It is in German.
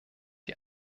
die